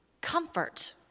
comfort